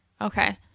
okay